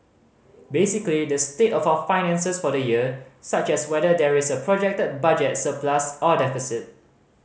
basically the state of our finances for the year such as whether there is a projected budget surplus or deficit